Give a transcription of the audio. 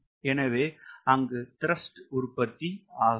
எனவே அங்கு த்ரஸ்ட் உற்பத்தி ஆகாது